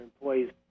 employees